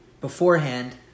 beforehand